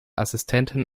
assistentin